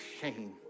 shame